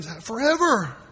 Forever